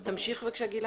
זה ברור.